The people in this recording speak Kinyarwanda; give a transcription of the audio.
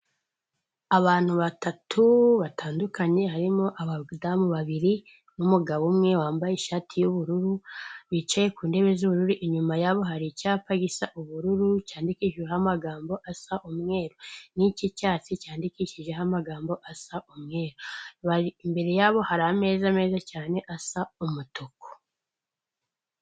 Abantu batatu batandukanye harimo abadamu babiri n'umugabo umwe wambaye ishati y'ubururu, bicaye ku ntebe z'uburu, inyuma yabo hari icyapa gisa ubururu, cyandikishijeho amagambo asa umweru n'ik'icyatsi cyandikishijeho amagambo asa umweru, imbere yabo hari ameza meza cyane asa umutuku.